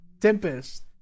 Tempest